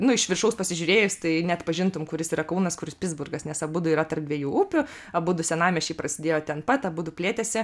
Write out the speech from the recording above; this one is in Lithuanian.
nu iš viršaus pasižiūrėjus tai neatpažintum kuris yra kaunas kuris pitsburgas nes abudu yra tarp dviejų upių abudu senamiesčiai prasidėjo ten pat abudu plėtėsi